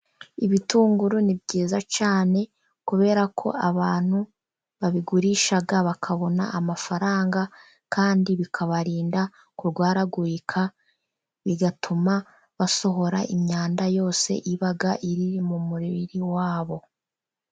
ilibitunguru ni byiza cyane kubera ko abantu babigurisha bakabona amafaranga, kandi bikabarinda kurwaragurika, bigatuma basohora imyanda yose iba iri mu mubiri wabo.